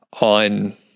on